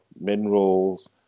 minerals